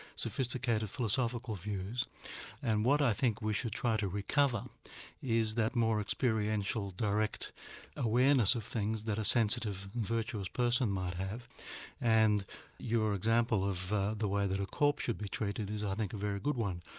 sophisticated, philosophical views and what i think we should try to recover is that more experiential direct awareness of things that a sensitive, virtuous person might have and your example of the way that a corpse should be treated is, i think, a very good one.